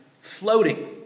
floating